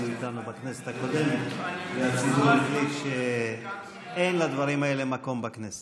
שהיו איתנו בכנסת הקודמת והציבור החליט שאין לדברים האלה מקום בכנסת.